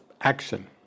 action